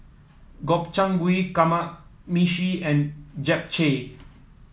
Gobchang Gui Kamameshi and Japchae